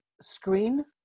screen